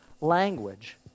language